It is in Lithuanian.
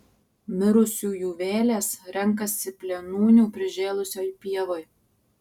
mirusiųjų vėlės renkasi plėnūnių prižėlusioj pievoj